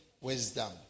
wisdom